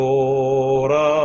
ora